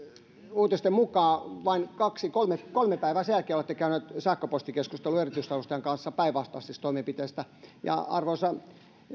uutisten mukaan vain kaksi kolme kolme päivää sen jälkeen olette käyneet sähköpostikeskustelun erityisavustajan kanssa päinvastaisista toimenpiteistä arvoisa